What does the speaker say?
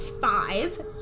five